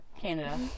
Canada